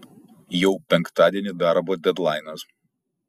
jau penktadienį darbo dedlainas